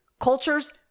Cultures